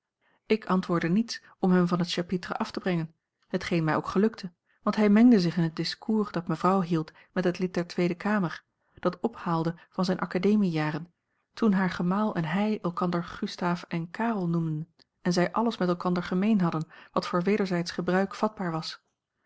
ik antwoordde niets om hem van het chapitre af te brengen hetgeen mij ook gelukte want hij mengde zich in het discours dat mevrouw hield met het lid der tweede kamer dat ophaalde van zijne academiejaren toen haar gemaal en hij elkander gustaaf en karel noemden en zij alles met elkander gemeen hadden wat voor wederzijdsch gebruik vatbaar was